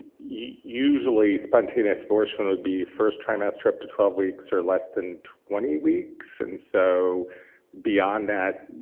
usually spontaneous abortion would be first trimester, up to twelve weeks or less than twenty weeks, and so beyond that,